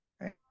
right